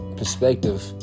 perspective